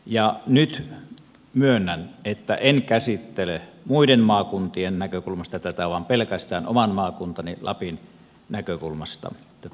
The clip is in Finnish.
ja nyt myönnän että en käsittele muiden maakuntien näkökulmasta vaan pelkästään oman maakuntani lapin näkökulmasta tätä asiaa